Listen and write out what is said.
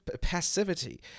passivity